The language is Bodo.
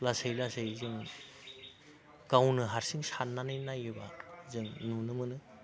लासै लासै जों गावनो हारसिं साननानै नायोबा जों नुनो मोनो